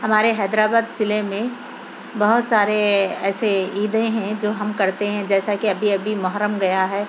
ہمارے حیدرآباد ضلعے میں بہت سارے ایسے عیدیں ہیں جو ہم کرتے ہیں جیسا کہ ابھی ابھی محرم گیا ہے